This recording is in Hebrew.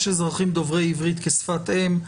יש אזרחים דוברי עברית כשפת אם,